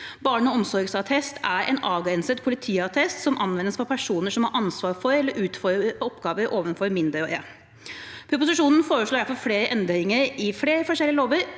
Barneomsorgsattest er en avgrenset politiattest som anvendes for personer som har ansvar for eller utfører oppgaver overfor mindreårige. Proposisjonen foreslår derfor flere endringer i flere forskjellige lover